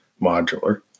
modular